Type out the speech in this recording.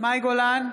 מאי גולן,